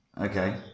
Okay